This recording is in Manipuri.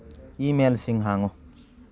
ꯏꯃꯦꯜꯁꯤꯡ ꯍꯥꯡꯉꯨ